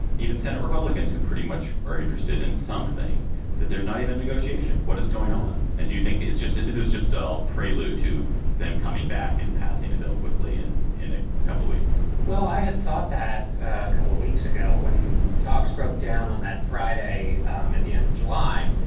even senate republicans who pretty much are interested in something that there's not even negotiation. what is going on? and do you think it's just this is just a prelude to them coming back and passing a bill quickly and in a couple of weeks? well, i had thought that a couple of weeks ago when talks broke down on that friday um at the end of july,